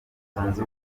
zunze